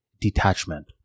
detachment